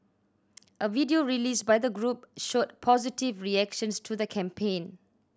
a video released by the group showed positive reactions to the campaign